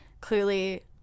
clearly